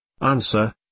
Answer